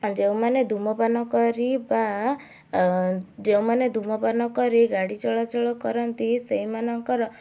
ଯେଉଁମାନେ ଧୂମପାନ କରି ବା ଯେଉଁମାନେ ଧୂମପାନ କରି ଗାଡ଼ି ଚଳାଚଳ କରନ୍ତି ସେଇମାନଙ୍କର